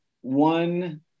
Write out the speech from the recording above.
one